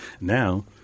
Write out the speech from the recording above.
Now